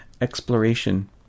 exploration